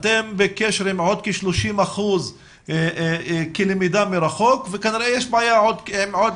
אתם בקשר עם עוד כ-30% כלמידה מרחוק וכנראה יש בעיה עם עוד